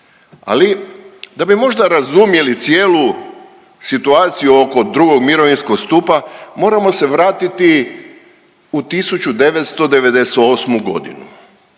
Ali da bi možda razumjeli cijelu situaciju oko drugog mirovinskog stupa moramo se vratiti u 1998.g.,